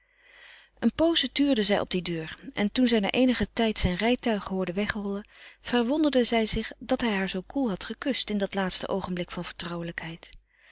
een pooze tuurde zij op die deur en toen zij na eenigen tijd zijn rijtuig hoorde wegrollen verwonderde zij zich dat hij haar zoo koel had gekust in dat laatste oogenblik van vertrouwelijkheid